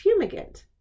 fumigant